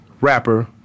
Rapper